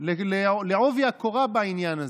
בעובי הקורה בעניין הזה.